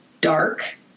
dark